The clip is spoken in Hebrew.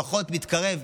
לפחות מתקרב,